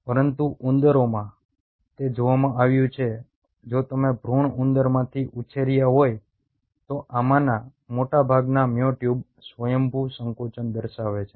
પરંતુ ઉંદરોમાં તે જોવામાં આવ્યું છે જો તમે ભૃણ ઉંદરમાંથી ઉછર્યા હોય તો આમાંના મોટાભાગના મ્યોટ્યુબ સ્વયંભૂ સંકોચન દર્શાવે છે